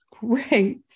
great